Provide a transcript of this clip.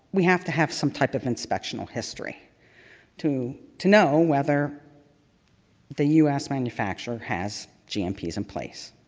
we have to have some type of inspectional history to to know whether the us manufacturer has gmps in place.